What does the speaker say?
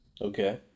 Okay